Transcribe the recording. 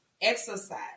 exercise